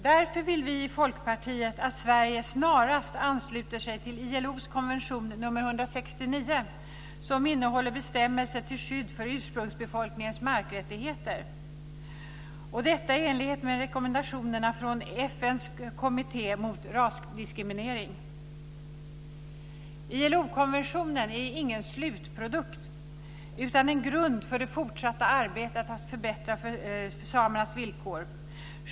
Därför vill vi i Folkpartiet att Sverige snarast ansluter sig till ILO:s konvention nr 169 som innehåller bestämmelser till skydd för ursprungsbefolkningens markrättigheter, detta i enlighet med rekommendationerna från FN:s kommitté mot rasdiskriminering. ILO-konventionen är ingen slutprodukt utan en grund för det fortsatta arbetet med att förbättra samernas villkor.